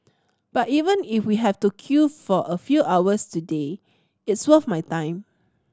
but even if we have to queue for a few hours today it's worth my time